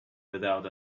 without